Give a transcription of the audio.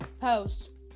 post